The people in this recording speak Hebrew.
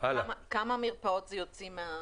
כמה מרפאות זה יוציא מהאפשרות?